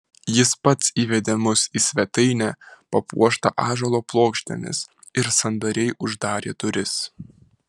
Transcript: jis pats įvedė mus į svetainę papuoštą ąžuolo plokštėmis ir sandariai uždarė duris